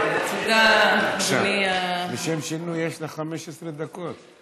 לשם שינוי, יש לך 15 דקות.